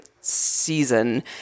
season